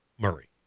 Murray